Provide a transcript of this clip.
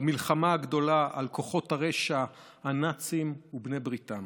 במלחמה הגדולה על כוחות הרשע הנאציים ובני בריתם,